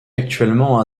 actuellement